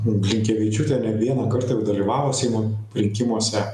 blinkevičiūtė ne vieną kartą dalyvavo seimo rinkimuose